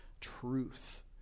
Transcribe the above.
truth